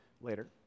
later